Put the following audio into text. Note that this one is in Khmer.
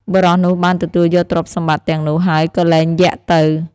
បុរសនោះបានទទួលយកទ្រព្យសម្បត្តិទាំងនោះ ហើយក៏លែងយក្សទៅ។